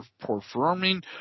performing